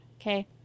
okay